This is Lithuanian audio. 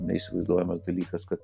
neįsivaizduojamas dalykas kad